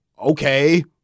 okay